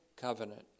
covenant